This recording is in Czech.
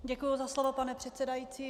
Děkuju za slovo, pane předsedající.